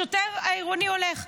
השוטר העירוני הולך.